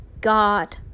God